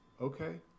okay